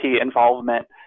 involvement